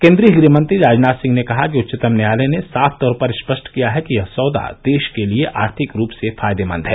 केन्द्रीय गृहमंत्री राजनाथ सिंह ने कहा कि उच्चतम न्यायालय ने साफ तौर पर स्पष्ट किया है कि यह सौदा देश के लिए आर्थिक रूप से फायदेमंद है